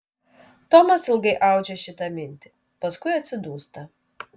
tomas ilgai audžia šitą mintį paskui atsidūsta